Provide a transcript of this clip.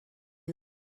you